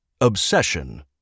obsession